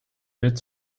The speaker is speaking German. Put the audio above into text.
bild